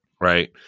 Right